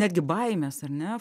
netgi baimės ar ne